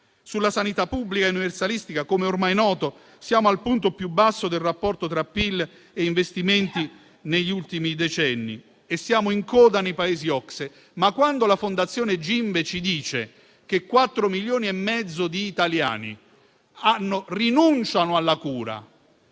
Sulla sanità pubblica e universalistica, come ormai noto, siamo al punto più basso del rapporto tra PIL e investimenti negli ultimi decenni e siamo in coda nei Paesi OCSE. Quando la Fondazione Gimbe ci dice che 4,5 di italiani rinunciano alla cura,